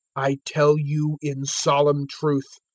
i tell you in solemn truth,